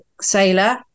sailor